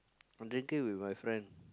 I'm drinking with my friend